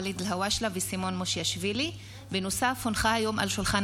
ואליד אלהואשלה וסימון מושיאשוילי בנושא: מכת טביעות בחופי הים.